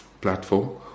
platform